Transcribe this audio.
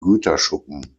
güterschuppen